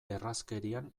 errazkerian